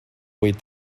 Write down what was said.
buit